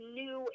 new